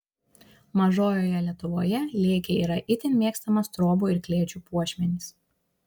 mažojoje lietuvoje lėkiai yra itin mėgstamas trobų ir klėčių puošmenys